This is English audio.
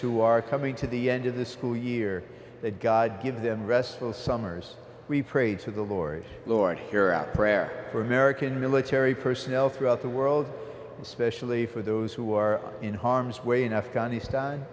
who are coming to the end of the school year that god give them restful summers we prayed to the lorry laurent here our prayer for american military personnel throughout the world especially for those who are in harm's way in afghanistan